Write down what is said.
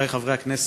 חברי חברי הכנסת,